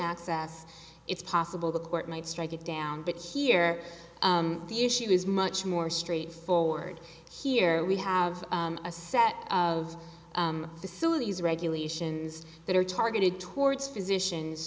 access it's possible the court might strike it down but here the issue is much more straightforward here we have a set of the sillies regulations that are targeted towards physicians